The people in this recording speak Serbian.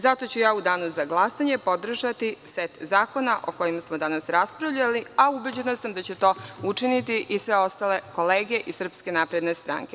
Zato ću ja u danu za glasanje podržati set zakona o kojima smo danas raspravljali, a ubeđena sam da će to učiniti i sve ostale kolege iz SNS.